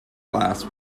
glass